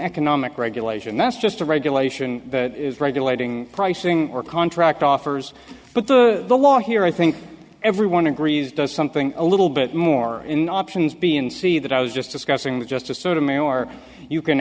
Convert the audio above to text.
economic regulation that's just a regulation that is regulating pricing or contract offers but the the law here i think everyone agrees does something a little bit more in options b in c that i was just discussing with justice sotomayor you can